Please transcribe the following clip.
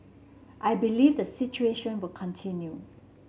I believe the situation will continue